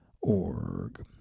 org